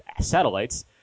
satellites